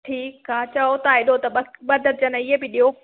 ठीकु आहे चयो था हेॾो त ॿ ॿ दरजन ईअं बि ॾियो